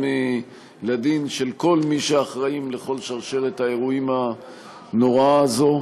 לדין של כל מי שאחראים לכל שרשרת האירועים הנוראה הזאת.